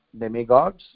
demigods